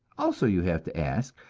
also you have to ask,